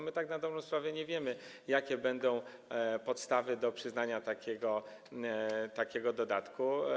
My tak na dobrą sprawę nie wiemy, jakie będą podstawy do przyznania takiego dodatku.